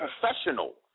professional